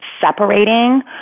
separating